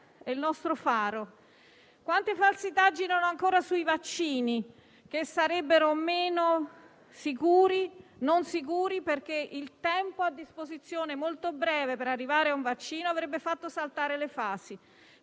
Quante falsità girano ancora sui vaccini, che non sarebbero sicuri perché il tempo a disposizione molto breve per arrivare a un vaccino avrebbe fatto saltare le fasi?